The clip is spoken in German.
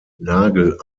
nagel